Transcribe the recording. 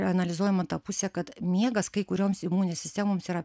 analizuojama ta pusė kad miegas kai kurioms imuninė sistemoms yra